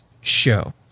show